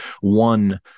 one